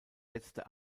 letzte